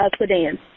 sedan